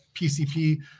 PCP